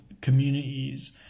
communities